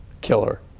killer